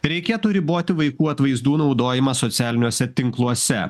reikėtų riboti vaikų atvaizdų naudojimą socialiniuose tinkluose